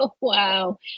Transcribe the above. Wow